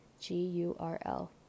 G-U-R-L